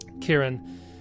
Kieran